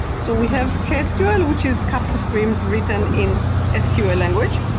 so we have ksql, which is kafka streams written in ah sql language,